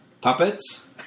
Puppets